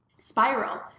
spiral